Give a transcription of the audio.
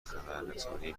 خبررسانی